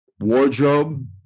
wardrobe